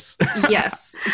Yes